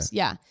yeah.